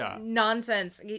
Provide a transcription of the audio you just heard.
nonsense